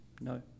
no